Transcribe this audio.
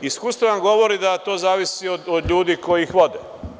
Iskustva nam govore da to zavisi od ljudi koji ih vode.